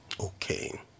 okay